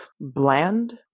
bland